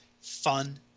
fun